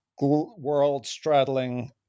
world-straddling